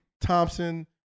Thompson